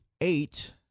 eight